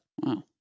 Wow